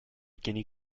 guinea